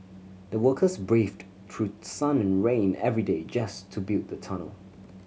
the workers braved through sun and rain every day just to build the tunnel